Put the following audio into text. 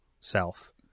self